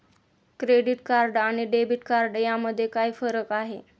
Credit card आणि debit card यामध्ये काय फरक आहे?